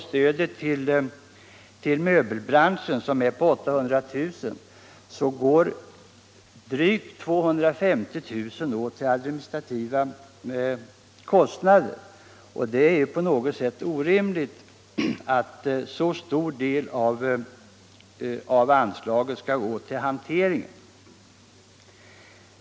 Stödet till möbelbranschen är t.ex. på 800 000 kr. Därav går drygt 200 000 kr. till att täcka administrativa kostnader. Det är orimligt att så stor del av anslaget skail gå till hanteringen.